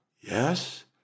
Yes